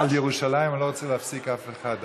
על ירושלים אני לא רוצה להפסיק אף אחד,